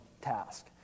task